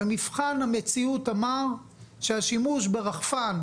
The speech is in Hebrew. ומבחן המציאות אמר שהשימוש ברחפן,